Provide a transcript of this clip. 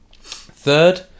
Third